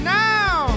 now